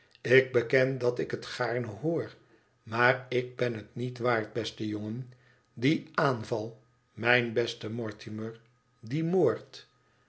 ik beken dat ik het gaarne hoor maar ik ben het niet waard beste jongen die aanval mijn beste mortimer die moord